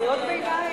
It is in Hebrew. קריאות ביניים,